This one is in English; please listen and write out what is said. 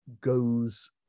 goes